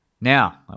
now